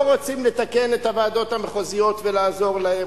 לא רוצים לתקן את הוועדות המחוזיות ולעזור להן,